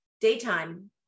daytime